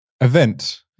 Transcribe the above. event